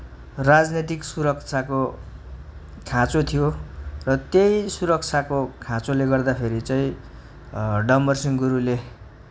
राजनैतिक सुरक्षाको खाँचो थियो र त्यही सुरक्षाको खाँचोले गर्दाखेरि चाहिँ डम्बरसिँह गुरूङले